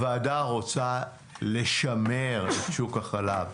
הוועדה רוצה לשמר את שוק החלב,